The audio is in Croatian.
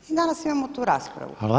I danas imamo tu raspravu.